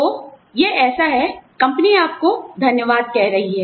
तो यह ऐसा है आप जानते हैं कंपनी आपको धन्यवाद कह रही है